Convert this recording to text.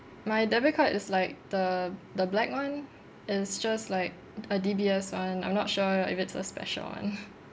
my debit card is like the the black one and it's just like a D_B_S one I'm not sure if it's a special one